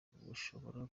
bushobora